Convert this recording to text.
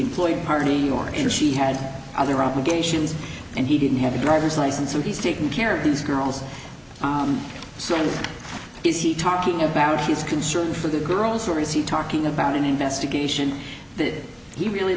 floyd party your and she had other obligations and he didn't have a driver's license and he's taking care of these girls so is he talking about his concern for the girls or easy talking about an investigation that he really